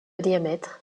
diamètre